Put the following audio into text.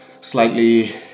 slightly